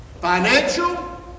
Financial